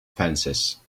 fences